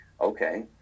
okay